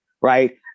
right